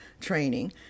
training